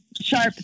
Sharp